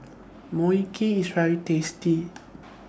Mui Kee IS very tasty